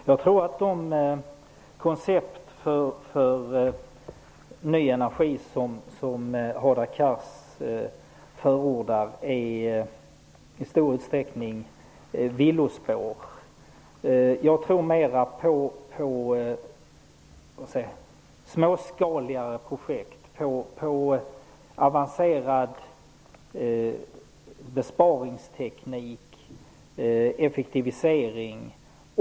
Herr talman! Jag tror att de koncept för ny energi som Hadar Cars förordar i stor utsträckning är villospår. Jag tror mera på småskaliga projekt, avancerad besparingsteknik och effektiviseringar.